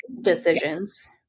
decisions